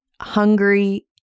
hungry